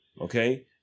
okay